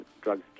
drugs